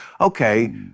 okay